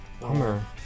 Bummer